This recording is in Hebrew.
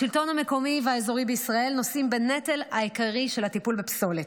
השלטון המקומי והאזורי בישראל נושאים בנטל העיקרי של הטיפול בפסולת.